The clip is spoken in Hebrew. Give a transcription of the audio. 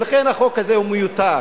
ולכן החוק הזה הוא מיותר.